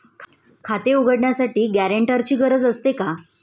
खाते उघडण्यासाठी गॅरेंटरची गरज असते का?